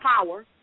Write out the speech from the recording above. power